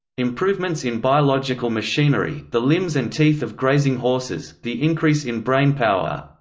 improvements in biological machinery, the limbs and teeth of grazing horses, the increase in brain-power,